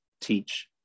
teach